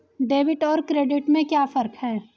Debit और credit में क्या फर्क है?